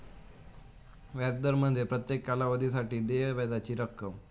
व्याज दर म्हणजे प्रत्येक कालावधीसाठी देय व्याजाची रक्कम